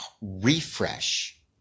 refresh